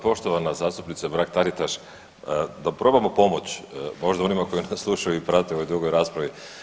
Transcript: Poštovana zastupnice Mrak-Taritaš, da probamo pomoći možda onima koji nas slušaju i prate u ovoj dugoj raspravi.